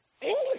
English